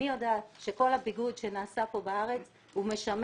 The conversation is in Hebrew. אני יודעת שכל הביגוד שנעשה כאן בארץ משמש